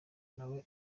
nawe